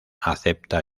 acepta